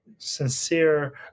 sincere